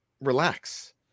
Relax